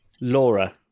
Laura